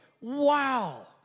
wow